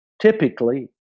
Typically